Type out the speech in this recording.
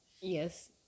Yes